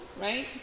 right